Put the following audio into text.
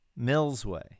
millsway